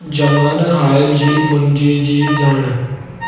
ज़मान हाल जी मुंद जी ॼाणु